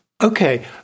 Okay